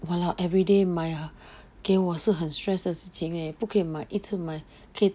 !walao! everyday 买 ah 给我是很 stress 的事情 leh 不可以一次买可以